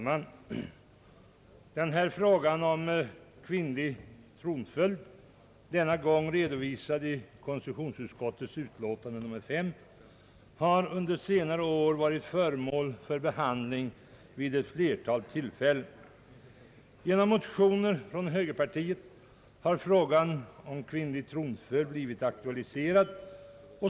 Herr talman! Frågan om kvinnlig tronföljd, denna gång redovisad i konstitutionsutskottets utlåtande nr 5, har under senare år varit föremål för behandling vid ett flertal tillfällen. Genom motioner från högerpartiet har frågan åter blivit aktualiserad.